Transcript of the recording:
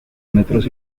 metros